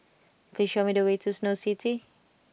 please show me the way to Snow City